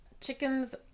Chickens